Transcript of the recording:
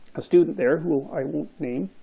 a student there, who i won't name,